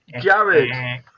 Jared